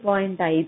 5 1